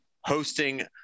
hosting